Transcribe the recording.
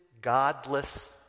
godless